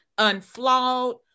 unflawed